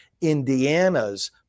Indiana's